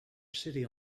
city